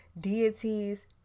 deities